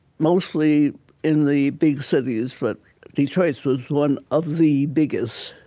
mostly in the big cities, but detroit was one of the biggest.